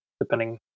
depending